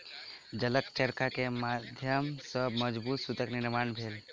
जलक चरखा के माध्यम सॅ मजबूत सूतक निर्माण भेल